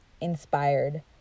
inspired